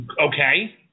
Okay